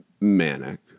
manic